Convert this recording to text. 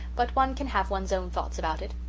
but one can have one's own thoughts about it.